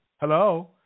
Hello